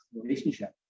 relationship